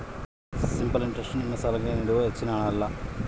simple interest ನಮ್ಮ ಸಾಲ್ಲಾಕ್ಕ ನೀಡುವ ಹೆಚ್ಚಿನ ಹಣ್ಣ